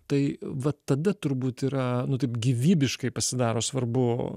tai vat tada turbūt yra nu taip gyvybiškai pasidaro svarbu